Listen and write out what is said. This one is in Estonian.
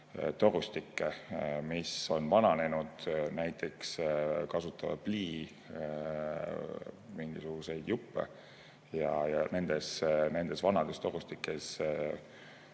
torustikke, mis on vananenud, näiteks seal on mingisuguseid pliijuppe, ja nendes vanades torustikes